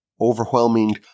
overwhelming